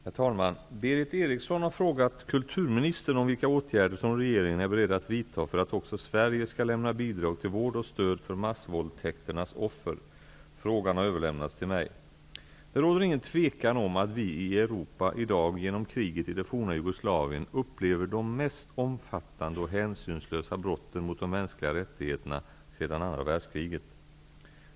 Herr talman! Berith Eriksson har frågat kulturministern om vilka åtgärder som regeringen är beredd att vidta för att också Sverige skall lämna bidrag till vård och stöd för massvåldtäkternas offer. Frågan har överlämnats till mig. Det råder ingen tvekan om att vi i Europa i dag genom kriget i det forna Jugoslavien upplever de mest omfattande och hänsynslösa brotten mot de mänskliga rättigheterna sedan andra världskriget.